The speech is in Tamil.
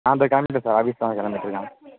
ஆ இதோ கிளம்பிட்டேன் சார் ஆஃபீஸ் தான் கிளம்பிட்ருக்கேன்